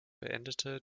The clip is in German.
beendete